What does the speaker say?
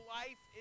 life